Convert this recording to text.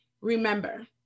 remember